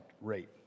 rate